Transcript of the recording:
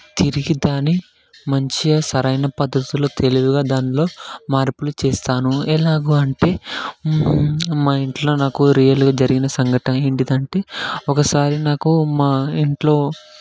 తిరిగి దాన్ని మంచిగా సరైన పద్ధతిలో తెలివిగా దానిలో మార్పులు చేస్తాను ఏలాగ అంటే మా ఇంట్లో నాకు రియల్గా జరిగిన సంఘటన ఏంటంటే ఒకసారి నాకు మా ఇంట్లో